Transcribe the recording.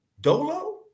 Dolo